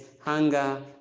hunger